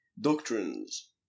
Doctrines